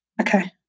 Okay